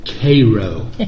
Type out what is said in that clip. Cairo